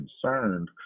concerned